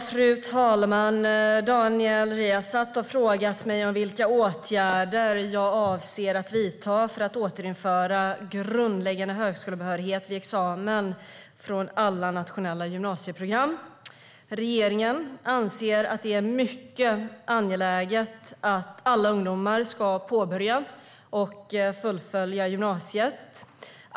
Fru talman! Daniel Riazat har frågat mig om vilka åtgärder jag avser att vidta för att återinföra grundläggande högskolebehörighet vid examen från alla nationella gymnasieprogram. Regeringen anser att det är mycket angeläget att alla ungdomar ska påbörja och fullfölja gymnasiet.